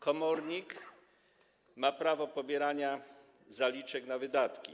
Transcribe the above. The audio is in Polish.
Komornik ma prawo pobierania zaliczek na wydatki.